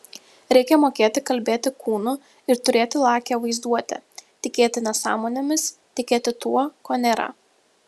reikia mokėti kalbėti kūnu ir turėti lakią vaizduotę tikėti nesąmonėmis tikėti tuo ko nėra